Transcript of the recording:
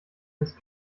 ins